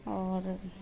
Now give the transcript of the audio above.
और